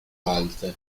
alte